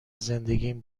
زندگیم